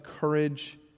courage